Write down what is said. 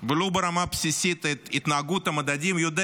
ולו ברמה בסיסית את התנהגות המדדים, יודע